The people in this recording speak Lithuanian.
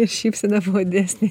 ir šypsena buvo didesnė